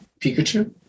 Pikachu